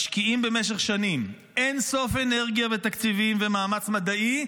משקיעים במשך שנים אין-סוף אנרגיה ותקציבים ומאמץ מדעי,